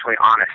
honest